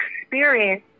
experience